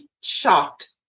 shocked